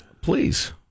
Please